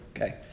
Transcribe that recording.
Okay